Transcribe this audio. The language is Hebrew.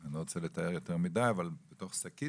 אני לא רוצה לתאר יותר מדי, אבל ממש בתוך שקית,